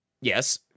Yes